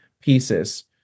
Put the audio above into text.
pieces